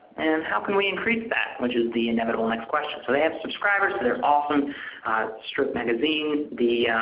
and how can we increase that which is the inevitable next question. so they have subscribers to they're awesome stroke magazine, the